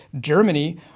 Germany